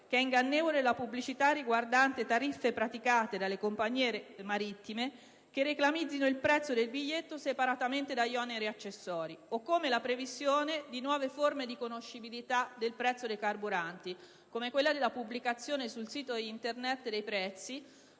che è ingannevole la pubblicità riguardante le tariffe praticate dalle compagnie marittime che reclamizzino il prezzo del biglietto separatamente dagli oneri accessori o come la previsione di nuove forme di conoscibilità del prezzo dei carburanti, come quella della pubblicazione dei prezzi